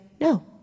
no